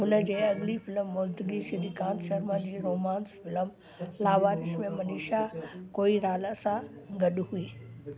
हुनजी अॻिली फिलम मौजूदगी श्रीकांत शर्मा जी रोमांस फिलम लावारिस में मनीषा कोइराला सां गॾु हुई